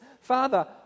Father